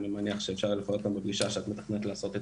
אני מניח שניתן לפרט אותן בפגישה שאת מתכננת לעשות איתנו.